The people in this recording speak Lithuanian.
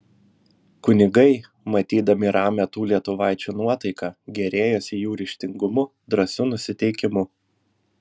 kunigai matydami ramią tų lietuvaičių nuotaiką gėrėjosi jų ryžtingumu drąsiu nusiteikimu